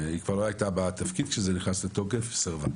שהיא כבר לא הייתה בתפקיד כשזה נכנס לתוקף, סירבה.